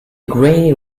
grey